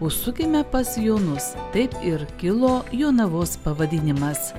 užsukime pas jonus taip ir kilo jonavos pavadinimas